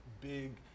big